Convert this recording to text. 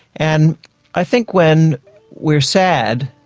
and i think when we are sad,